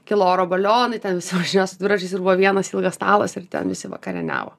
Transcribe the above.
kilo oro balionai ten visi važiuos dviračiais ir buvo vienas ilgas stalas ir ten visi vakarieniavo